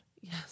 Yes